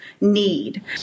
need